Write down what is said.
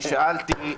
שאלתי,